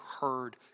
heard